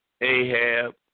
Ahab